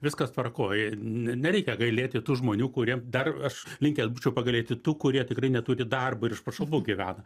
viskas tvarkoj nereikia gailėti tų žmonių kurie dar aš linkęs būčiau pagailėti tų kurie tikrai neturi darbo ir iš pašalpų gyvena